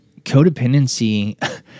codependency